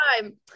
time